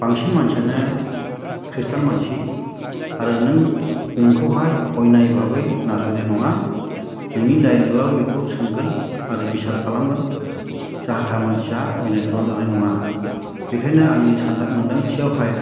बांसिन मानसियानो ख्रिस्थान मानसि आरो नों नोंखौहाय अयनाय भाबै नासयनाय नङा नोंनि दाय मोनब्लाबो बेखौ सोंगोन आरो बिसार खालामगोन जाहा थाहा मानसिया अयनाय खालाम जानाय नङा बेखायनो आंनि मोनदांथियावहाय